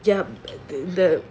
jump at the